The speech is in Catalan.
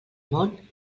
món